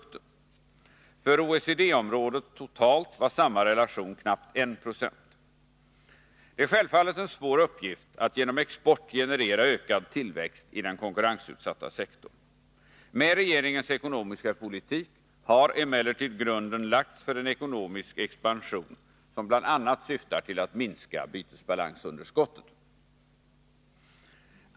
För OECD-området totalt var samma relation knappt 17. Det är självfallet en svår uppgift att genom ökad export generera ökad tillväxt i den konkurrensutsatta sektorn. Med regeringens ekonomiska politik har emellertid grunden lagts för en ekonomisk expansion, som bl.a. syftar till att minska bytesbalansunderskottet.